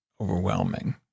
overwhelming